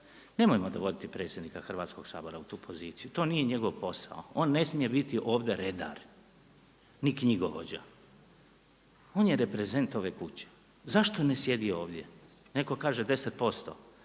Nemojmo dovoditi predsjednika Hrvatskoga sabora u tu poziciju, to nije njegov posao, on ne smije biti ovdje redar, ni knjigovođa. On je reprezent ove kuće, zašto ne sjedi ovdje? Netko kaže 10%.